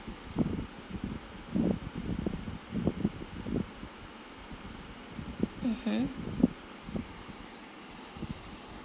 mmhmm